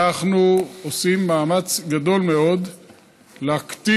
אנחנו עושים מאמץ גדול מאוד להקטין